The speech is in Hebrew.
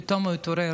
פתאום הוא התעורר.